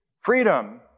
Freedom